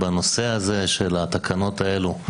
בנושא הזה של התקנות האלו,